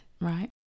right